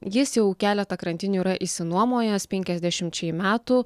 jis jau keletą krantinių yra išsinuomojęs penkiasdešimčiai metų